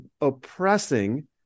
oppressing